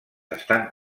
estan